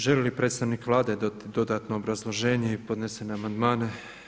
Želi li predstavnik Vlade dati dodatno obrazloženje i podnesene amandmane?